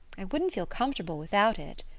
i wouldn't feel comfortable without it,